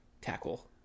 tackle